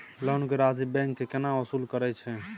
Loan के राशि bank केना वसूल करे छै?